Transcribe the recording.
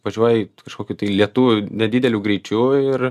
važiuoji kažkokiu tai lėtu nedideliu greičiu ir